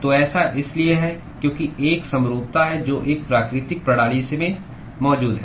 तो ऐसा इसलिए है क्योंकि एक समरूपता है जो एक प्राकृतिक प्रणाली में मौजूद है